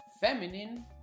feminine